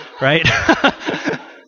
Right